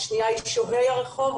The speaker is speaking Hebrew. השנייה היא שוהי הרחוב,